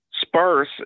sparse